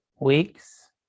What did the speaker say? weeks